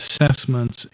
assessments